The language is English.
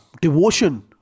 devotion